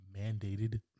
mandated